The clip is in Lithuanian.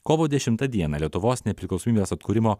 kovo dešimtą dieną lietuvos nepriklausomybės atkūrimo